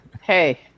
Hey